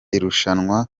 irushanwa